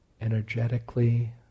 Energetically